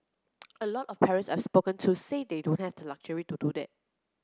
a lot of parents I've spoken to say they don't have luxury to do that